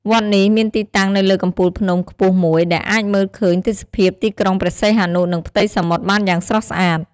វត្តនេះមានទីតាំងនៅលើកំពូលភ្នំខ្ពស់មួយ ដែលអាចមើលឃើញទេសភាពទីក្រុងព្រះសីហនុ និងផ្ទៃសមុទ្របានយ៉ាងស្រស់ស្អាត។